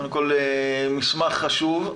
קודם כל מסמך חשוב,